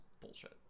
bullshit